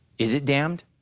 is it damned?